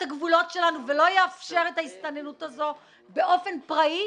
הגבולות שלנו ולא יאפשר את ההסתננות הזאת באופן פראי,